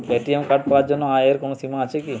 ATM card পাওয়ার জন্য আয়ের কোনো সীমা আছে কি?